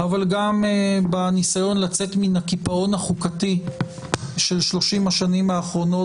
אבל גם בניסיון לצאת מן הקיפאון החוקתי של 30 השנים האחרונות